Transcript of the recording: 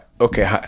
okay